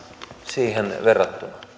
siihen verrattuna